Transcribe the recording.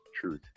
truth